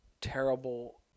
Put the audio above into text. terrible